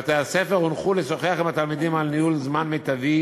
בתי-הספר הונחו לשוחח עם התלמידים על ניהול זמן מיטבי